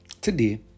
Today